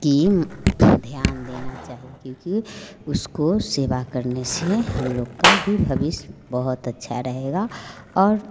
कि ध्यान देना चाहिए क्योंकि उसकी सेवा करने से हम लोग का भी भविष्य बहुत अच्छा रहेगा और